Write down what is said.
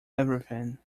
everything